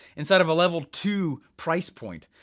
instead of level two price point.